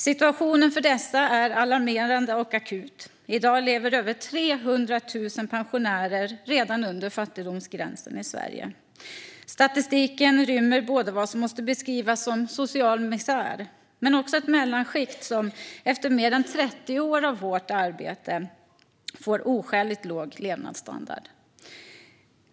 Situationen för dessa är alarmerande och akut. I dag lever över 300 000 pensionärer under fattigdomsgränsen i Sverige. Statistiken rymmer vad som måste beskrivas som social misär men också ett mellanskikt som efter mer än 30 år av hårt arbete får oskäligt låg levnadsstandard.